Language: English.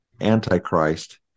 antichrist